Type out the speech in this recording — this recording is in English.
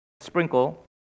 Sprinkle